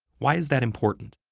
why is that important?